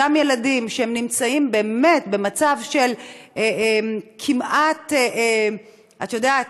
אותם ילדים שנמצאים באמת במצב של כמעט, את יודעת,